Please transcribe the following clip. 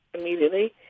immediately